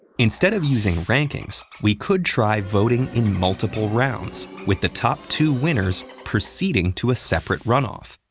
instead of using rankings, we could try voting in multiple rounds, with the top two winners proceeding to a separate runoff.